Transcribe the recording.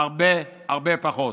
הרבה הרבה פחות.